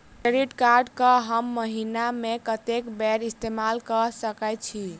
Credit card कऽ हम महीना मे कत्तेक बेर इस्तेमाल कऽ सकय छी?